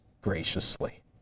graciously